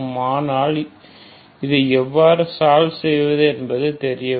ஆனால் இதை எவ்வாறு சால்வ் செய்வது என்பது தெரியவில்லை